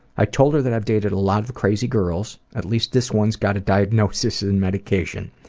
i told her that i had dated a lot of crazy girls, at least this one's got a diagnosis and medication.